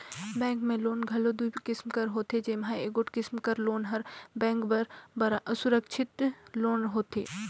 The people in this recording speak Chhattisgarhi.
बेंक में लोन घलो दुई किसिम कर होथे जेम्हां एगोट किसिम कर लोन हर बेंक बर सुरक्छित लोन होथे